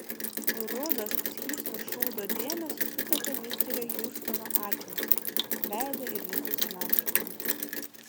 rudos skysto šūdo dėmės sutepė misterio hjustono akinius veidą ir visus marškinius